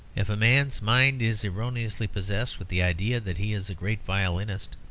if a man's mind is erroneously possessed with the idea that he is a great violinist,